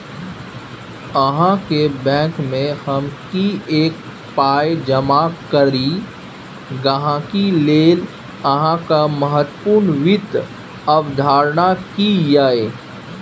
अहाँक बैंकमे हम किएक पाय जमा करी गहिंकी लेल अहाँक महत्वपूर्ण वित्त अवधारणा की यै?